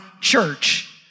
church